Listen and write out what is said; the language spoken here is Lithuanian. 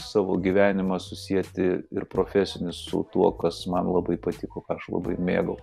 savo gyvenimą susieti ir profesinį su tuo kas man labai patiko ką aš labai mėgau